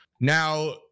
Now